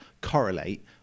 correlate